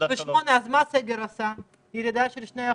אז מה הסגר עשה, ירידה של 2%?